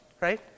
right